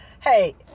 Hey